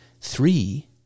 three